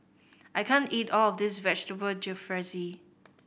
I can't eat all of this Vegetable Jalfrezi